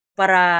para